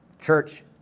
Church